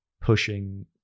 pushing